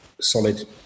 solid